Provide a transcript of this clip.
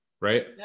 right